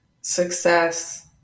success